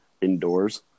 indoors